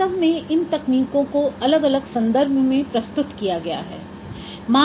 वास्तव में इन तकनीकों को अलग अलग संदर्भों में प्रस्तुत किया गया है